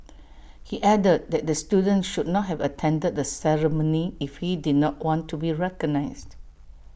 he added that the student should not have attended the ceremony if he did not want to be recognised